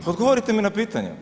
Odgovorite mi na pitanje.